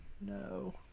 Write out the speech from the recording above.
no